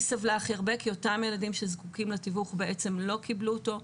היא סבלה הכי הרבה כי אותם הילדים שזקוקים לתיווך בעצם לא קיבלו אותו.